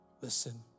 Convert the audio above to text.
Listen